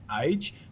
age